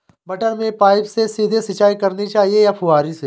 मटर में पाइप से सीधे सिंचाई करनी चाहिए या फुहरी से?